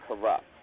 corrupt